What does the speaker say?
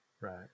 right